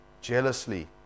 jealously